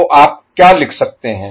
तो आप क्या लिख सकते हैं